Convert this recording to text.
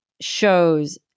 shows